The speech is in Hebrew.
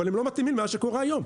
אבל הם לא מתאימים למה שקורה היום.